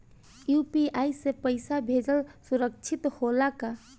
UPI से पैसा भेजल सुरक्षित होला का?